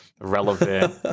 relevant